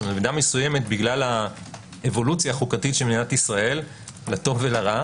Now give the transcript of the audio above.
במידה מסוימת בגלל האבולוציה החוקתית של מדינת ישראל לטוב ולרע